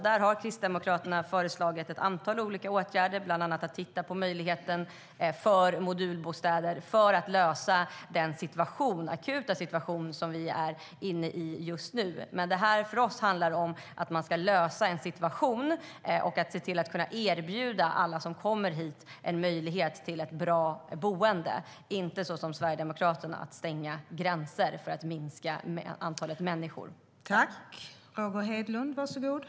Där har Kristdemokraterna föreslagit ett antal olika åtgärder, bland annat att vi ska titta på möjligheten till modulbostäder för att lösa den akuta situation som vi befinner oss i. För oss handlar det om att lösa en situation och se till att kunna erbjuda alla som kommer hit ett bra boende, inte göra som Sverigedemokraterna och stänga gränserna för att minska antalet människor som vill komma hit.